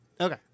Okay